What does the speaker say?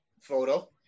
photo